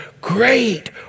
Great